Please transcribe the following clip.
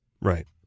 Right